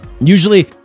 Usually